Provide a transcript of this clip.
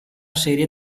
serie